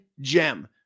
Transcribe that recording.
gem